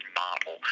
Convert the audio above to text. model